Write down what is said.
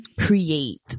create